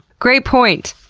great point!